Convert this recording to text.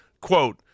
quote